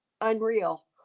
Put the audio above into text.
unreal